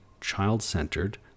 child-centered